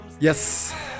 Yes